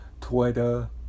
Twitter